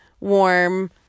warm